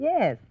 Yes